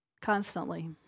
Constantly